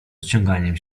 ociąganiem